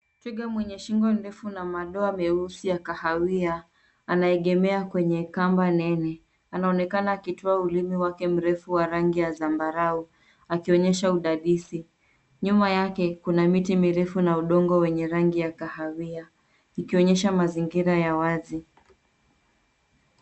Twiga mwenye shingo ndefu na madoa meusi ya kahawia, anaegemea kwenye kamba nene, anaonekana akitoa ulimi wake mrefu wa rangi ya zambarau akionyesha udadisi, nyuma yake, kuna miti mirefu na udongo wenye rangi ya kahawia ikionyesha mazingira ya wazi.